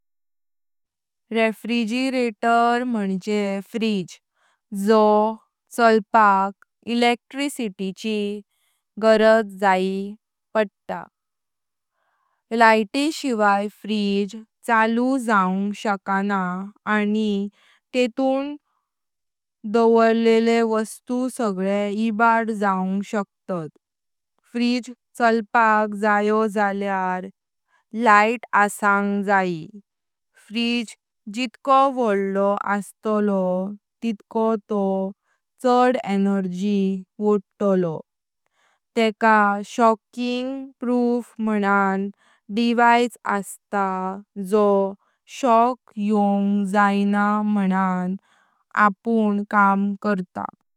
रेफ्रिजरेटर म्हुणजे फ्रिज। जो चालपाक इलेक्ट्रिसिटी जायी पडता। लाइटली शिवाय फ्रिज चालू जायूंग शकाणा आनी तेतुं डोकॉर्लिली वस्तु सगले इबाद जायूंग शकतात। फ्रिज चालपाक जयो जल्यार लाइट असांग जय। फ्रिज जितको वडलो अस्तलो तितको तो चड एनर्जी व्हडलो। तेका शॉकिंग प्रुफ मणण डिवाइस अस्त, जो शॉक येउंग जाईना मणण आपुण काम करतात।